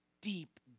deep